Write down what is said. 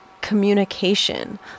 communication